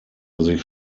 sich